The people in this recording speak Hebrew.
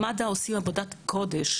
מד"א עושים עבודת קודש